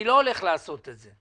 אני לא הולך לעשות את זה.